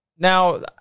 Now